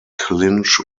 clinch